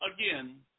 again